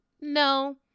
No